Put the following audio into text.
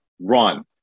run